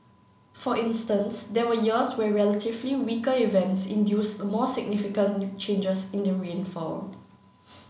for instance there were years where relatively weaker events induced more significant changes in the rainfall